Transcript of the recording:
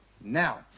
Now